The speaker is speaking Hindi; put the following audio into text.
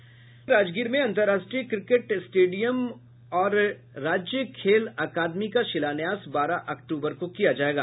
नालंदा जिले के राजगीर में अन्तर्राष्ट्रीय क्रिकेट स्टेडियम और राज्य खेल अकादमी का शिलान्यास बारह अक्टूबर को किया जायेगा